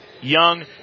Young